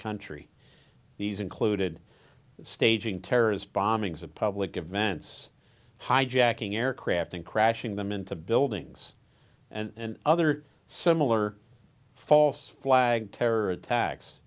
country these included staging terrorist bombings at public events hijacking aircraft and crashing them into buildings and other similar false flag terror attacks